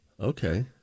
Okay